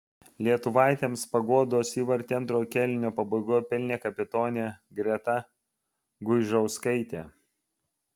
lietuvaitėms paguodos įvartį antrojo kėlinio pabaigoje pelnė kapitonė greta guižauskaitė